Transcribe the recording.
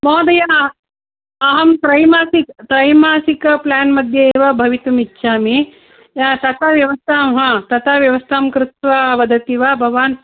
महोदय अहं त्रैमासिक् त्रैमासिक प्लान् मध्ये एव भवितुम् इच्छामि तता व्यवस्था आं तथा व्यवस्थां कृत्वा वदति वा भवान्